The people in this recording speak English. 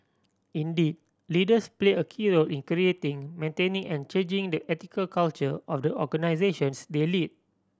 indeed leaders play a key in creating maintaining and changing the ethical culture of the organisations they lead